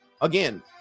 Again